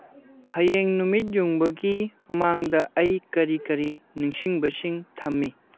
ꯍꯌꯦꯡ ꯅꯨꯃꯤꯠ ꯌꯨꯡꯕꯒꯤ ꯃꯃꯥꯡꯗ ꯑꯩ ꯀꯔꯤ ꯀꯔꯤ ꯅꯤꯡꯁꯤꯡꯕꯁꯤꯡ ꯊꯝꯃꯤ